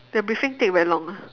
their briefing take very long ah